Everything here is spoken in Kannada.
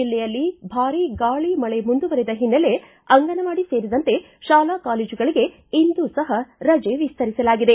ಜಲ್ಲೆಯಲ್ಲಿ ಭಾರೀ ಗಾಳಿ ಮಳೆ ಮುಂದುವರಿದ ಹಿನ್ನೆಲೆ ಅಂಗನವಾಡಿ ಸೇರಿದಂತೆ ಶಾಲಾ ಕಾಲೇಜುಗಳಿಗೆ ಇಂದೂ ಸಹ ರಜೆ ವಿಸ್ತರಿಸಲಾಗಿದೆ